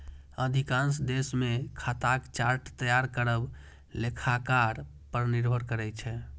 अधिकांश देश मे खाताक चार्ट तैयार करब लेखाकार पर निर्भर करै छै